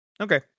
okay